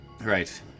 Right